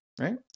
right